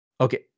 Okay